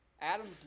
Adam's